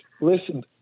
Listen